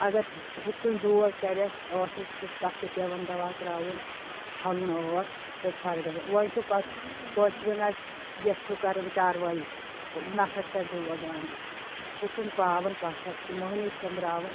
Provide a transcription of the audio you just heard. اگر ہُتھ کُنۍ دود کَرِاَس ٲسَس چھِس تَتھ تہِ پؠوان دَوا ترٛاوُن چھَلُن ٲس چھَس فرَق گژھان وۄنۍ چھُ پَتہٕ کٲنٛسہِ زَن اَسہِ دِتھ چھُ کَرَن چاروایس نَکھَس کَرِ دود دَانٛدَس سُہ چھُن پاوان پَتَھر چھِ مُہنی سُمبراوان